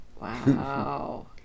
wow